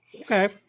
okay